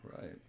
Right